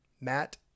Matt